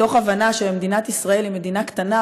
מתוך הבנה שמדינת ישראל היא מדינה קטנה,